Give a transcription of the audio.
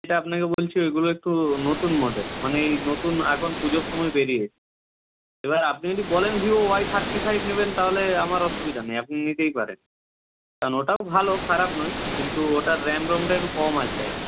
যেটা আপনাকে বলছি ওইগুলো একটু নতুন মডেল মানে এই নতুন এখন পুজোর সময় বেরিয়েছে এবার আপনি যদি বলেন ভিভো ওয়াই থার্টি ফাইভ নেবেন তাহলে আমার অসুবিধা নেই আপনি নিতেই পারেন কারণ ওটাও ভালো খারাপ নয় কিন্তু ওটার র্যাম রমটা একটু কম আছে আর কি